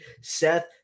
Seth